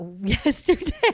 yesterday